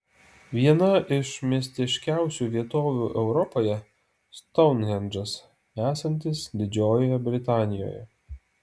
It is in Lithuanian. viena iš mistiškiausių vietovių europoje stounhendžas esantis didžiojoje britanijoje